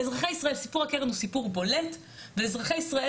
סיפור הקרן הוא סיפור בולט ואזרחי ישראל